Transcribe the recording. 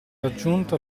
raggiunto